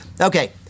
Okay